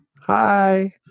Hi